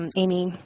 and amy,